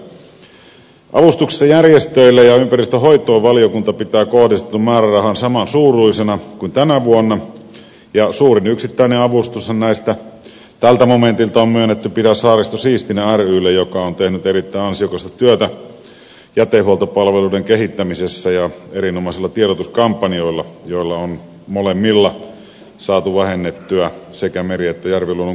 avustuksissa järjestöille ja ympäristönhoitoon valiokunta pitää kohdistetun määrärahan samansuuruisena kuin tänä vuonna ja suurin yksittäinen avustushan näistä tältä momentilta on myönnetty pidä saaristo siistinä rylle joka on tehnyt erittäin ansiokasta työtä jätehuoltopalveluiden kehittämisessä ja erinomaisilla tiedotuskampanjoilla joilla on molemmilla saatu vähennettyä sekä meri että järviluonnon kuormitusta